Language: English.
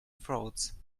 frauds